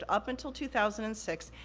ah up until two thousand and six,